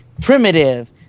primitive